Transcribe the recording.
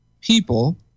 people